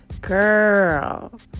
girl